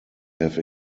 have